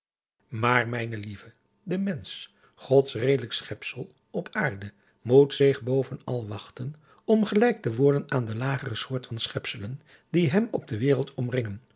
maar mijne ieve de mensch gods redelijk schepsel op aarde moet zich bovenal wachten om gelijk te worden aan de lagere soort van schepselen die hem op de wereld omringen